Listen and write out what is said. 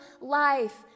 life